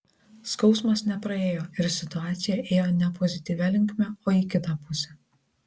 skausmas nepraėjo ir situacija ėjo ne pozityvia linkme o į kitą pusę